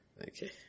Okay